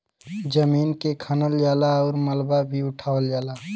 जमीन के खनल जाला आउर मलबा भी उठावल जाला